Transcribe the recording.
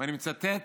ואני מצטט